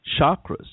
chakras